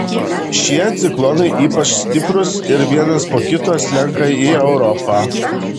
šie ciklonai ypač stiprūs ir vienas po kito slenka į europą